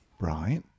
Right